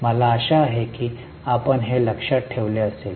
मला आशा आहे की आपण हे लक्षात ठेवले असेल